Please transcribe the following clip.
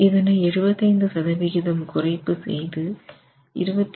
இதனை 75 சதவிகிதம் குறைப்பு செய்து 28